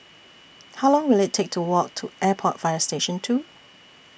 How Long Will IT Take to Walk to Airport Fire Station two